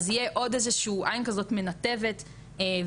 אז תהיה עוד איזושהי עין כזאת מנתבת ומנחה,